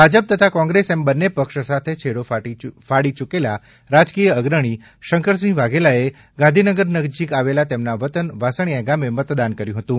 ભાજપ તથા કોંત્રેસ એમ બંને પક્ષ સાથે છેડો ફાડી ચુકેલા રાજકીય અગ્રણી શંકરસિંહ વાઘેલાએ ગાંધીનગર નજીક આવેલા તેમના વતન વાસણિયા ગામે મતદાન કર્યું હતું